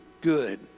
good